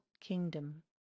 kingdom